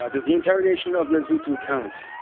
ah does the entire nation of lesotho count?